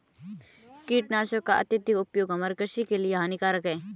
कीटनाशकों का अत्यधिक उपयोग हमारे कृषि के लिए हानिकारक है